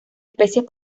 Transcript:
especies